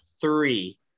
three